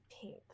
pink